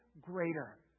greater